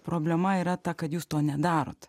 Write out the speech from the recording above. problema yra ta kad jūs to nedarot